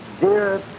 dear